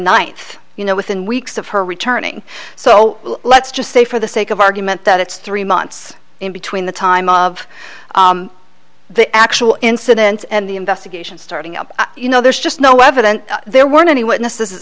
ninth you know within weeks of her returning so let's just say for the sake of argument that it's three months in between the time of the actual incident and the investigation starting up you know there's just no evidence there weren't any witnesses